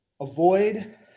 Avoid